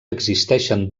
existeixen